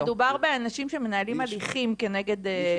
מדובר באנשים שמנהלים הליכים כנגד החלטת הסירוב.